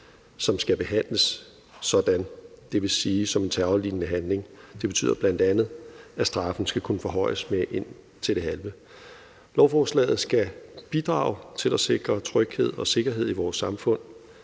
som skal behandles som sådan, dvs. som en terrorlignende handling. Det betyder bl.a., at straffen skal kunne forhøjes med indtil det halve. Lovforslaget skal bidrage til at sikre tryghed og sikkerhed i vores samfund.